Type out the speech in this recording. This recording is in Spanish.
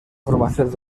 formación